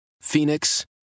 Phoenix